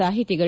ಸಾಹಿತಿಗಳು